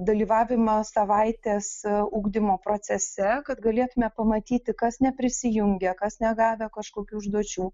dalyvavimą savaitės ugdymo procese kad galėtume pamatyti kas neprisijungia kas negavę kažkokių užduočių